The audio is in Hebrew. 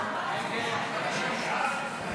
ההצעה להעביר